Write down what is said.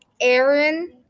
aaron